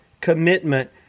commitment